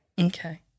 Okay